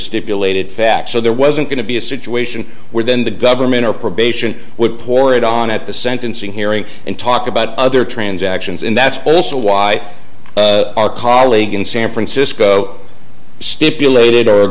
stipulated facts so there wasn't going to be a situation where then the government or probation would pour it on at the sentencing hearing and talk about other transactions and that's also why our colleague in san francisco stipulated